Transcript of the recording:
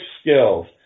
skills